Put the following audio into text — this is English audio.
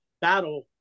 battle